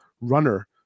runner